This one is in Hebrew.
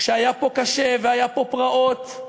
כשהיה פה קשה והיו פה פרעות,